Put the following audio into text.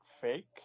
fake